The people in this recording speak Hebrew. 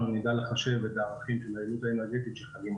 נדע לחשב את הערכים של היעילות האנרגטית שחלים עליהם.